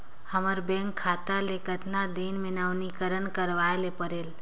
हमर बैंक खाता ले कतना दिन मे नवीनीकरण करवाय ला परेल?